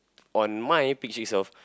on my